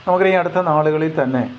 നമുക്കറിയാം അടുത്ത നാളുകളിൽ തന്നെ